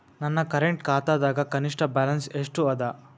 ನನ್ನ ಕರೆಂಟ್ ಖಾತಾದಾಗ ಕನಿಷ್ಠ ಬ್ಯಾಲೆನ್ಸ್ ಎಷ್ಟು ಅದ